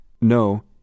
No